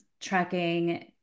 Tracking